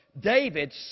David